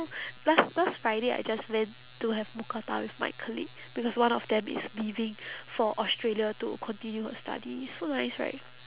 last last friday I just went to have mookata with my colleague because one of them is leaving for australia to continue her study so nice right